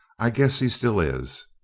i guess he still is.